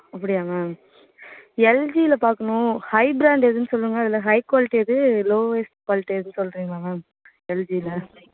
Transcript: அப்படியா மேம் எல்ஜியில பாக்கணும் ஹை பிராண்ட் எதுன்னு சொல்லுங்கள் இல்லை ஹை குவாலிட்டி எது லோ குவாலிட்டி எது சொல்லுறீங்களா மேம் எல்ஜியில